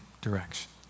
direction